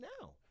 now